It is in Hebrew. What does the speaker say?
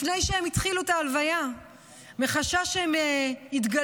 לפני שהם התחילו את ההלוויה מחשש שהם יתגלו,